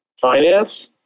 finance